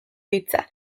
hitza